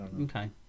Okay